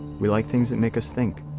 we like things that make us think.